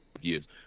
years